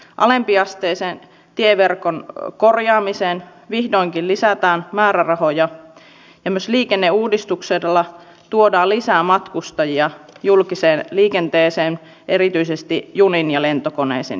alempiasteisen tieverkon korjaamiseen vihdoinkin lisätään määrärahoja ja myös liikenneuudistuksella tuodaan lisää matkustajia julkiseen liikenteeseen erityisesti juniin ja lentokoneisiin jatkossa